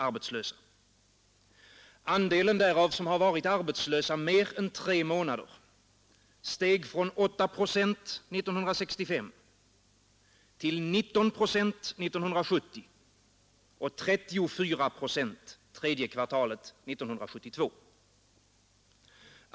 Andelen därav som har varit arbetslösa mer än tre månader steg från 8 procent 1965 till 19 procent 1970 och 34 procent under tredje kvartalet 1972.